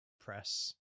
press